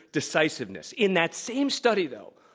decisiveness. in that same study, though,